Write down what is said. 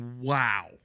Wow